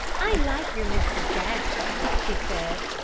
i like your mr. jaggs, she said.